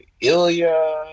Ilya